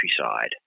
countryside